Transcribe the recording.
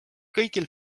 kõigil